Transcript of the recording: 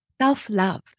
Self-Love